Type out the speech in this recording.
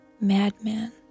Madman